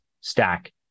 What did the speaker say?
stack